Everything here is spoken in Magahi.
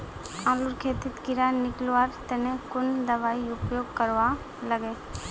आलूर खेतीत कीड़ा निकलवार तने कुन दबाई उपयोग करवा लगे?